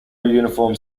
uniform